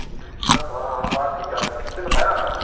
देखता तो हाँ हाँ बात थी क्या आपकी किसने बताया आपका नाम